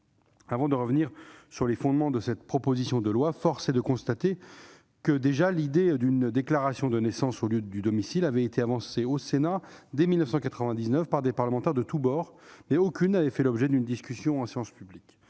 Avant de revenir sur les fondements de cette proposition de loi, force est de constater que l'idée d'une déclaration de naissance au lieu du domicile avait été avancée au Sénat dès 1999 par des parlementaires de tous bords, mais sans faire l'objet d'une discussion en séance publique.